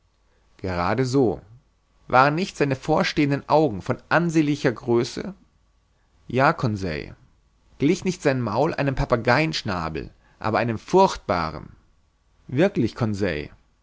gerade so waren nicht seine vorstehenden augen von ansehnlicher größe ja conseil glich nicht sein maul einem papageischnabel aber einem furchtbaren wirklich